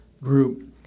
group